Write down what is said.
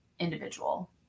individual